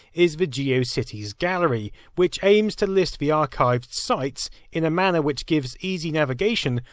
is the geocities gallery, which aims to list the archived sites in a manner, which gives easy navigation,